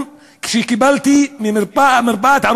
לא,